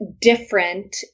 Different